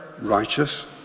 righteous